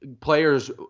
players